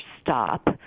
stop